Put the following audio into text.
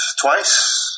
twice